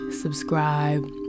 subscribe